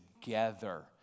together